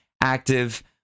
active